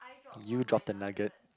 you dropped the nugget